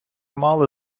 мали